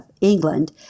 England